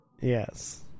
yes